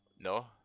No